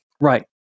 Right